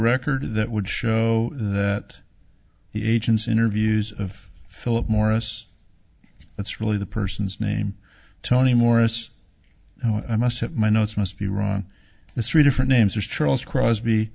record that would show that the agents interviews of philip morris it's really the person's name tony morris i must have my notes must be wrong this three different names are charles crosby